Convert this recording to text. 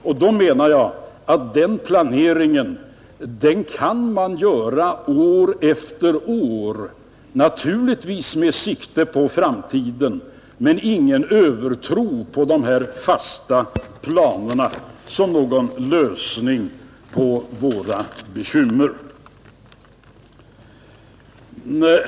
Jag menar att planeringen måste göras år efter år, naturligtvis med sikte på framtiden, men utan någon övertro på fasta planer såsom medlet mot våra bekymmer.